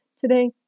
Today